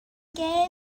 gêm